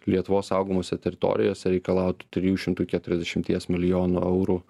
lietuvos saugomose teritorijose reikalautų trijų šimtų keturiasdešimties milijonų eurų